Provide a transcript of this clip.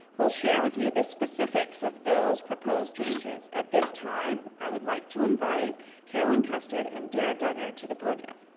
will share with you the specifics of those proposed changes. at this time, i would like to invite carolyn custard and dara dugger to the podium.